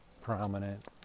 prominent